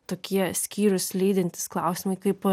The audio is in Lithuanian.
tokie skyrus lydintys klausimai kaip